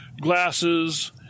glasses